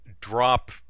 drop